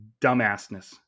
dumbassness